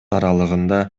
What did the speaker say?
аралыгында